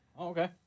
Okay